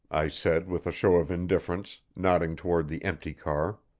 i said with a show of indifference, nodding toward the empty car.